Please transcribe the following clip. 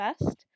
best